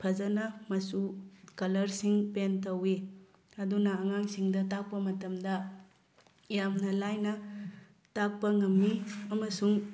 ꯐꯖꯅ ꯃꯆꯨ ꯀꯂꯔꯁꯤꯡ ꯄꯦꯟꯠ ꯇꯧꯋꯤ ꯑꯗꯨꯅ ꯑꯉꯥꯡꯁꯤꯡꯗ ꯇꯥꯛꯄ ꯃꯇꯝꯗ ꯌꯥꯝꯅ ꯂꯥꯏꯅ ꯇꯥꯛꯄ ꯉꯝꯃꯤ ꯑꯃꯁꯨꯡ